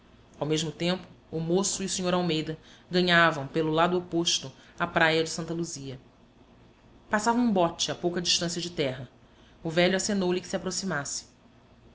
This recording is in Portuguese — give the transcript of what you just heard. ao mesmo tempo o moço e o sr almeida ganhavam pelo lado oposto a praia de santa luzia passava um bote a pouca distância de terra o velho acenou lhe que se aproximasse